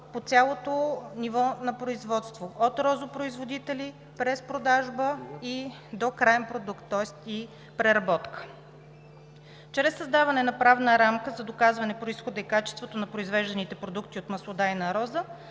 по цялото ниво на производство – от розопроизводители, през продажба и до краен продукт, тоест и преработка. Чрез създаване на правна рамка за доказване произхода и качеството на произвежданите продукти от маслодайна роза,